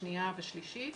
שניה ושלישית.